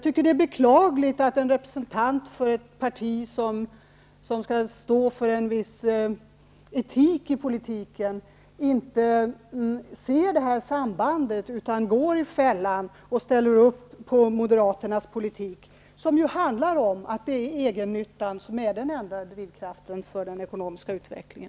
Det är beklagligt att en representant för ett parti som skall stå för en viss etik i politiken inte ser det här sambandet utan går i fällan och ställer upp på moderaternas politik, en politik som handlar om att det är egennyttan som är den enda drivkraften för den ekonomiska utvecklingen.